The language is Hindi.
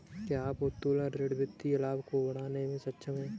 क्या उत्तोलन ऋण वित्तीय लाभ को बढ़ाने में सक्षम है?